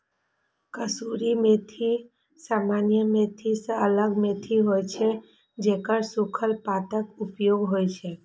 कसूरी मेथी सामान्य मेथी सं अलग मेथी होइ छै, जेकर सूखल पातक उपयोग होइ छै